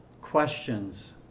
questions